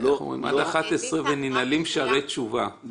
11:00 ננעלים שערי תשובה.